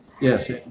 Yes